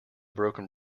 broken